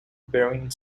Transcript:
bearing